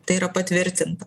tai yra patvirtinta